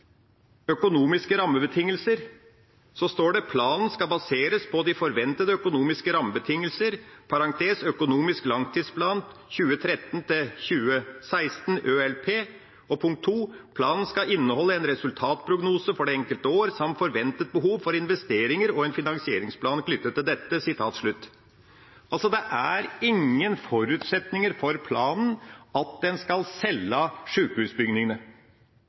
Økonomiske rammebetingelser, står det: «Planen skal baseres på de forventede økonomiske rammebetingelser Planen skal inneholde en resultatprognose for det enkelte år, samt forventet behov for investeringer og en finansieringsplan knyttet til disse.» Det er ingen forutsetninger for planen at en skal selge